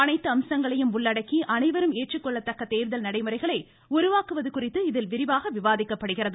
அனைத்து அம்சங்களையும் உள்ளடக்கி அனைவரும் ஏற்றுக்கொள்ளத்தக்க தேர்தல் நடைமுறைகளை உருவாக்குவது குறித்து இதில் விரிவாக விவாதிக்கப்படுகிறது